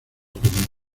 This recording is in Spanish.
opinión